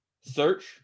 search